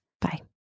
Bye